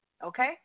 Okay